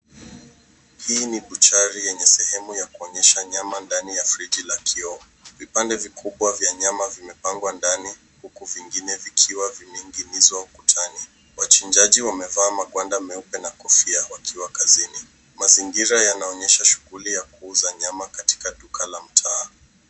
Hii ni uchavi yenye sehemu ya kuonyesha nyama ndani ya friji la kioo. Vipande vikubwa vya nyama vimepangwa ndani, huku vingine vikiwa vimening'inizwa ukutani. Wachinjaji wamevaa magwanda meupe na kofia wakiwa kazini. Mazingira yanaonyesha shughuli ya kuuza nyama katika duka la mtaa.